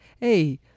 hey